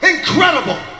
Incredible